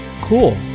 Cool